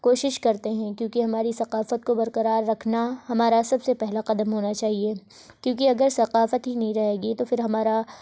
کوشش کرتے ہیں کیونکہ ہماری ثقافت کو برقرار رکھنا ہمارا سب سے پہلا قدم ہونا چاہیے کیونکہ اگر ثقافت ہی نہیں رہے گی تو پھر ہمارا